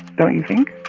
don't you think?